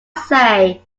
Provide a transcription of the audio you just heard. say